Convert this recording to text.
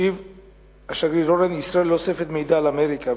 השיב השגריר אורן: ישראל לא אוספת מידע על אמריקה,